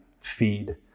Feed